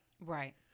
Right